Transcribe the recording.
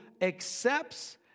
accepts